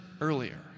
earlier